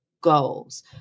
goals